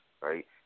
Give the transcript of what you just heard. right